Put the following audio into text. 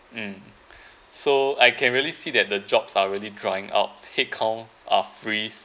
mm so I can't really see that the jobs are really drawing out head count are freeze